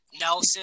Nelson